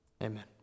Amen